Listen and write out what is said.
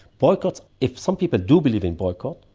boycotts. if some people do believe in boycotts,